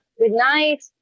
goodnight